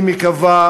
אני מקווה,